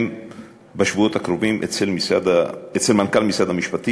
בשבועות הקרובים אצל מנכ"ל משרד המשפטים.